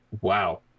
wow